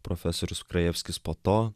profesorius krajevskis po to